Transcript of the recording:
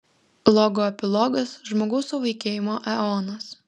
logo epilogas žmogaus suvaikėjimo eonas